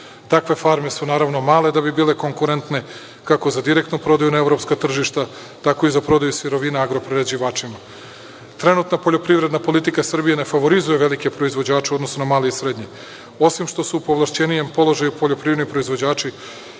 Takve farme su, naravno, male da bi bile konkurentne, kako za direktnu prodaju na evropska tržišta, tako i za prodaju sirovina agroprerađivačima. Trenutna poljoprivredna politika Srbije ne favorizuje velike proizvođače u odnosu na male i srednje, osim što su u povlašćenijem položaju poljoprivredni proizvođači